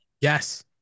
Yes